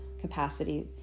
capacity